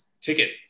ticket